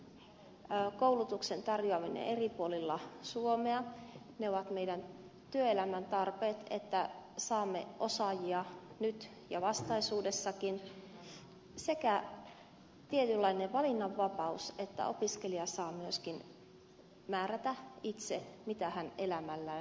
ne ovat tasa arvoisen koulutuksen tarjoaminen eri puolilla suomea ne ovat meidän työelämän tarpeemme että saamme osaajia nyt ja vastaisuudessakin sekä tietynlainen valinnanvapaus että opiskelija saa myöskin määrätä itse mitä hän elämällään tekee